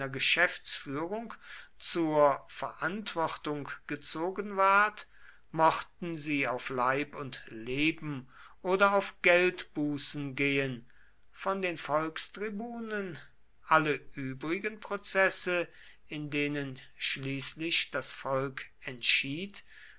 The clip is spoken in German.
geschäftsführung zur verantwortung gezogen ward mochten sie auf leib und leben oder auf geldbußen gehen von den volkstribunen alle übrigen prozesse in denen schließlich das volk entschied